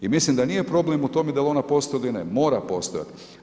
I mislim da nije problem u tome da li ona postoji ili ne, mora postojati.